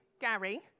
Gary